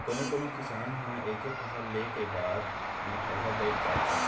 कोनो कोनो किसान ह एके फसल ले के बाद म ठलहा बइठ जाथे